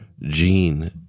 Gene